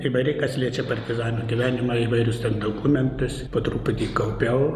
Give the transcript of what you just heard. įvairiai kas liečia partizano gyvenimą įvairius dokumentus po truputį kaupiau